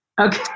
Okay